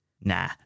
Nah